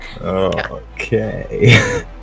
Okay